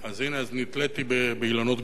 אז הנה, נתליתי באילנות גבוהים.